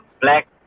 black